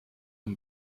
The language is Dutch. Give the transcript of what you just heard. een